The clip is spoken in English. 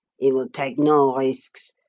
he will take no risks,